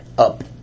up